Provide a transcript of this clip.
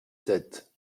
sept